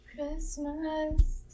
christmas